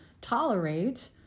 tolerate